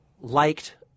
liked